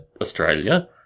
Australia